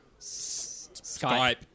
Skype